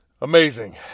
Amazing